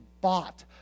bought